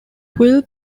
quill